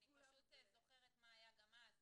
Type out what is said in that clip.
אני פשוט זוכרת מה היה גם אז,